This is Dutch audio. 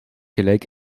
gelijk